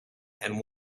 and